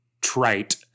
trite